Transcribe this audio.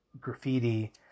graffiti